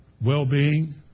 well-being